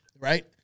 right